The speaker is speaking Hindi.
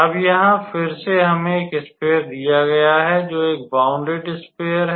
अब यहाँ फिर से हमें एक स्फेयर दिया गया है जोकि एक बौंडेड स्फेयर है